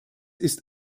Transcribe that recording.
ist